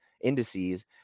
indices